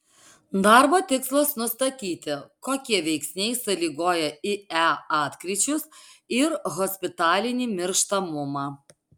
darbo tikslas nustatyti kokie veiksniai sąlygoja ie atkryčius ir hospitalinį mirštamumą